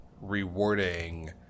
rewarding –